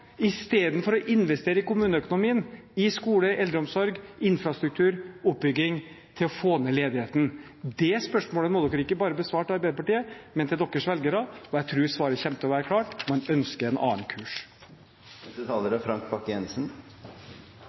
istedenfor å investere i kommuneøkonomien, i skole, eldreomsorg, infrastruktur og oppbygging – til å få ned ledigheten? Det spørsmålet må dere ikke besvare bare til Arbeiderpartiet, men til deres velgere, og jeg tror svaret kommer til å være klart: Man ønsker en annen